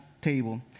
table